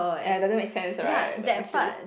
ah doesn't make sense right technically